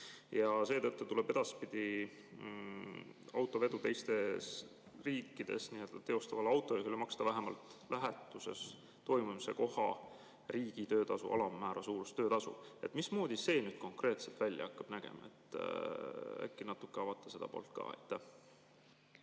Seetõttu tuleb edaspidi teistes riikides autovedu teostavale autojuhile maksta vähemalt lähetuse toimumise koha riigi töötasu alammäära suurust töötasu. Mismoodi see konkreetselt välja hakkab nägema? Äkki natuke avate seda poolt ka?